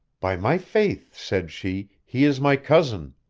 by my faith, said she, he is my cousin.